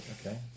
Okay